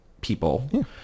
people